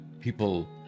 people